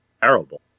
terrible